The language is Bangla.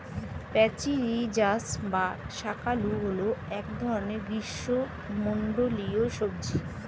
প্যাচিরিজাস বা শাঁকালু হল এক ধরনের গ্রীষ্মমণ্ডলীয় সবজি